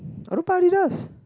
I don't buy Adidas